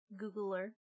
Googler